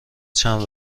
چند